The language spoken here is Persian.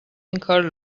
اینکار